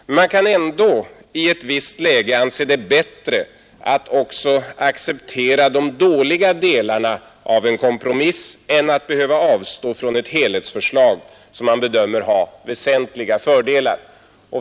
Men man kan ändå i ett visst läge anse det bättre att acceptera även de dåliga delarna av en kompromiss än att avstå från ett helhetsförslag som man bedömer har väsentliga fördelar.